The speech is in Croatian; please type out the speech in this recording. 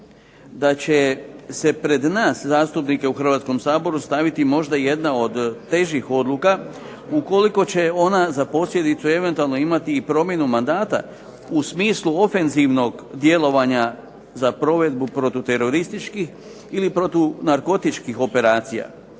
da će se pred nas zastupnike u Hrvatskom saboru staviti možda jedna od težih odluka ukoliko će ona za posljedicu eventualno imati i promjenu mandata u smislu ofenzivnog djelovanja za provedbu protuterorističkih ili protu narkotičkih operacija,